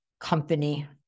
company